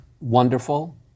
wonderful